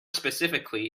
specifically